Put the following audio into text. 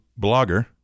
blogger